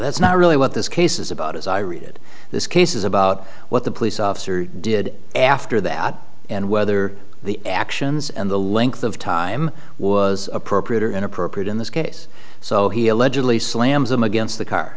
that's not really what this case is about as i read it this case is about what the police officer did after that and whether the actions and the length of time was appropriate or inappropriate in this case so he allegedly slams him against the car